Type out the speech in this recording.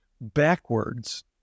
backwards